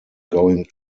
going